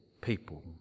people